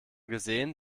gesehen